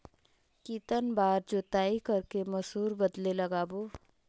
कितन बार जोताई कर के मसूर बदले लगाबो?